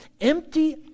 empty